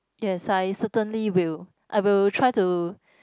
yes I certainly will I will try to